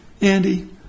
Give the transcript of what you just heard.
Andy